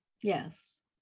yes